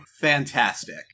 fantastic